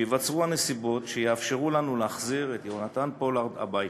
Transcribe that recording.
שייווצרו הנסיבות שיאפשרו לנו להחזיר את יהונתן פולארד הביתה.